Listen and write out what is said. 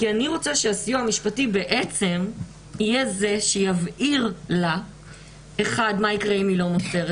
אני רוצה שהסיוע המשפטי יהיה זה שיבהיר לה מה יקרה אם היא לא מוסרת.